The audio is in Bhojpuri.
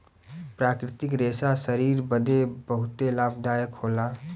प्राकृतिक रेशा शरीर बदे बहुते लाभदायक होला